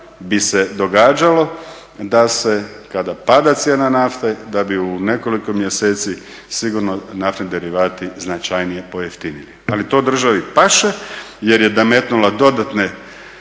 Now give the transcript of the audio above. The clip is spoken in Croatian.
bi se događalo da se kada pada cijena nafte da bi u nekoliko mjeseci sigurno naftni derivati značajnije pojeftinili. Ali to državi paše jer je nametnula dodatne